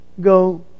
go